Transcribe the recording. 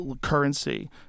Currency